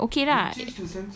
no I mean okay lah